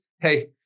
hey